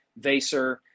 Vaser